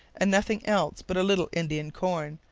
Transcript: and nothing else but a little indian corn,